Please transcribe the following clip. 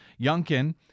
Youngkin